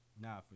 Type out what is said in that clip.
Nah